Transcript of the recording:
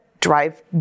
drive